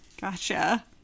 gotcha